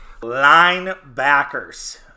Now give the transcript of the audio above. Linebackers